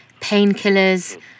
painkillers